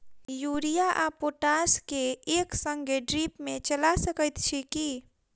Urea आ potash केँ एक संगे ड्रिप मे चला सकैत छी की?